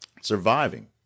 surviving